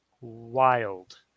wild